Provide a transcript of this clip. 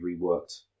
reworked